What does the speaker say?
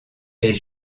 est